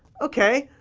okay!